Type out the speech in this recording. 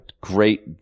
great